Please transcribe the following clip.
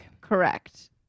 Correct